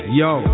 yo